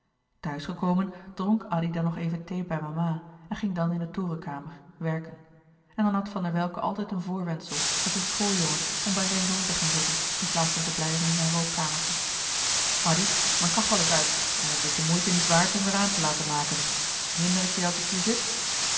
gekomen dronk addy dan nog even thee bij mama en ging dan in de torenkamer werken en dan had van der welcke altijd een voorwendsel net een schooljongen om bij zijn zoon te gaan zitten in plaats van te blijven in zijn rookkamertje addy mijn kachel is uit en het is de moeite niet waard hem weêr aan te laten maken hinder ik je als ik hier zit